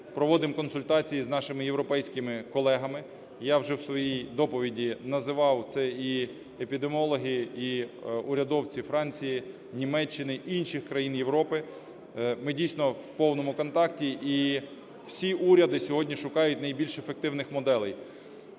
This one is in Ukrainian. проводимо консультації з нашими європейськими колегами. Я вже в своїй доповіді називав, це і епідеміологи, і урядовці Франції, Німеччини, інших країн Європи, ми дійсно в повному контакті. І всі уряди сьогодні шукають найбільш ефективних моделей.